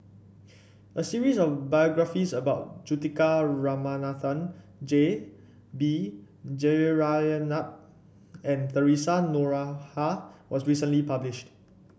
a series of biographies about Juthika Ramanathan J B Jeyaretnam and Theresa Noronha was recently published